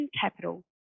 capital